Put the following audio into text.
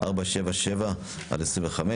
477/25,